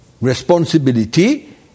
responsibility